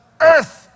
earth